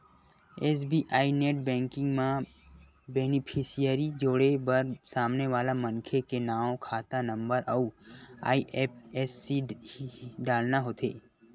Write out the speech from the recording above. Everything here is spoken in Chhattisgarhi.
एस.बी.आई नेट बेंकिंग म बेनिफिसियरी जोड़े बर सामने वाला मनखे के नांव, खाता नंबर अउ आई.एफ.एस.सी डालना होथे